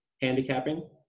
handicapping